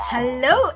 Hello